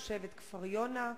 תושבת כפר-יונה,